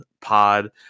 pod